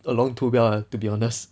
along too well ah to be honest